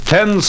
Ten